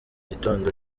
gitondo